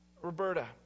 Roberta